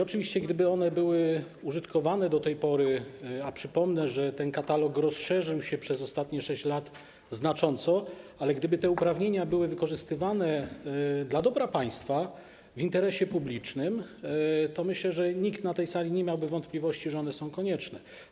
Oczywiście gdyby one były wykorzystywane do tej pory - przypomnę, że ten katalog przez ostatnie 6 lat znacząco się rozszerzył - gdyby te uprawnienia były wykorzystywane dla dobra państwa, w interesie publicznym, to myślę, że nikt na tej sali nie miałby wątpliwości, że one są konieczne.